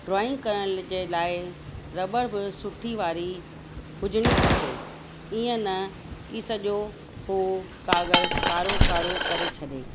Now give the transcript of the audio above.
drawing करण जे लाइ रॿड़ बि सुठी वारी हुजिणी खपे इअं न कि सॼो उहो काॻरु कारो कारो करे छॾे